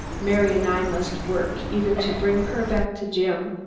mary and i must work, either to bring her back to jim,